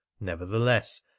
nevertheless